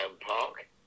Park